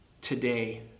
today